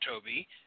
Toby